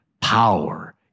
power